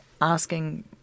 asking